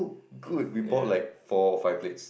good we bought like four or five plates